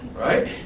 right